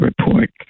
report